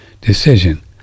decision